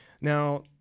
Now